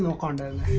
um corner